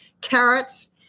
carrots